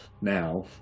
now